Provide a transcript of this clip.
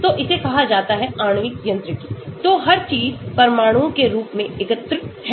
तो इसे कहा जाता है आणविक यांत्रिकीतो हर चीज परमाणुओं के रूप में एकत्र है